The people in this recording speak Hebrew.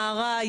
נערה,